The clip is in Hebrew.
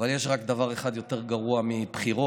אבל יש רק דבר אחד יותר גרוע מבחירות,